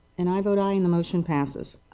and i vote aye and the motion passes.